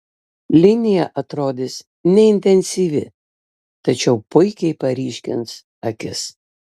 linija atrodys neintensyvi tačiau puikiai paryškins akis